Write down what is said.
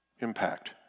impact